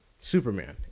Superman